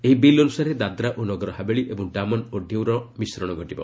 ଏହି ବିଲ୍ ଅନୂସାରେ ଦାଦ୍ରା ଓ ନଗରହାବେଳୀ ଏବଂ ଡାମନ୍ ଓ ଡିଉର ମିଶ୍ରଣ ଘଟିବ